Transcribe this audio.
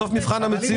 בסוף מבחן המציאות